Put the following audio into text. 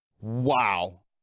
Wow